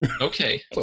Okay